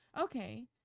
okay